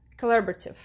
Collaborative